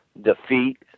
defeat